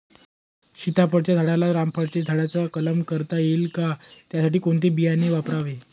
सीताफळाच्या झाडाला रामफळाच्या झाडाचा कलम करता येईल का, त्यासाठी कोणते बियाणे वापरावे?